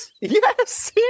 Yes